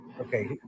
Okay